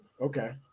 Okay